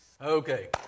okay